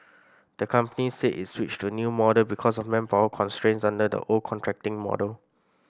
the company said it switched to new model because of manpower constraints under the old contracting model